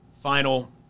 Final